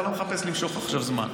אני לא מחפש למשוך עכשיו זמן.